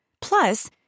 Plus